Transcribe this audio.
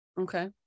okay